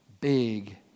big